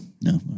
no